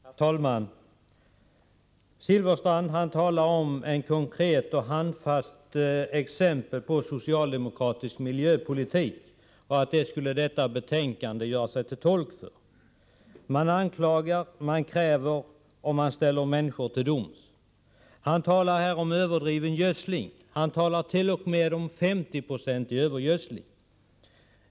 Herr talman! Bengt Silfverstrand talar om ett konkret och handfast exempel på socialdemokratisk miljöpolitik och säger att detta betänkande skulle visa att en sådan bedrivs. Man anklagar, man kräver och går till doms med människor. Bengt Silfverstrand talar här om överdriven gödsling — t.o.m. om 50 9o övergödsling.